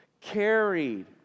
carried